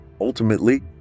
Ultimately